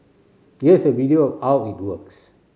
here's a video of how it works